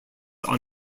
are